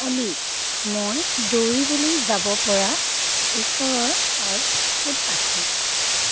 অ'লি মই দৌৰিবলৈ যাব পৰা ওচৰৰ পাৰ্ক ক'ত আছে